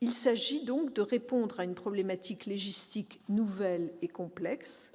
Il s'agit de répondre à une problématique légistique nouvelle et complexe :